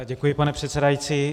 Děkuji, pane předsedající.